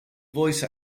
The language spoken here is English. voice